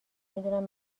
میدونم